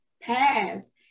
past